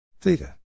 Theta